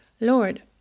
lord